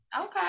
Okay